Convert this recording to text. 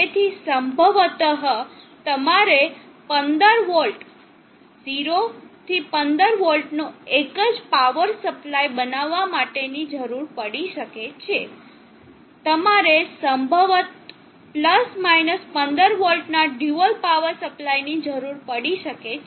તેથી સંભવત તમારે 15 વોલ્ટ 0 15 વોલ્ટનો એક જ પાવર સપ્લાય બનવા માટે ની જરૂર પડી શકે છે તમારે સંભવત 15 વોલ્ટના ડ્યુઅલ પાવર સપ્લાય ની જરૂર પડી શકે છે